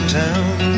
town